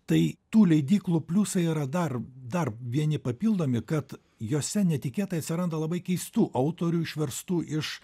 tai tų leidyklų pliusai yra dar dar vieni papildomi kad jose netikėtai atsiranda labai keistų autorių išverstų iš